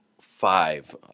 five